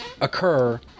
occur